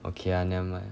okay ah never mind